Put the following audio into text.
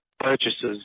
purchases